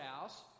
house